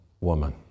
woman